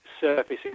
surface